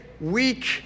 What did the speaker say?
weak